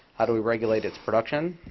how do we regulate its production?